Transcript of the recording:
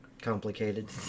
complicated